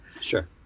Sure